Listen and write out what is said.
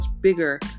bigger